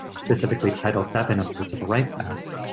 specifically title seven of the civil rights act,